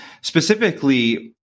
specifically